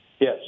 Yes